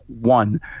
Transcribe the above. One